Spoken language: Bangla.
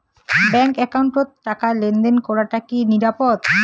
ব্যাংক একাউন্টত টাকা লেনদেন করাটা কি নিরাপদ?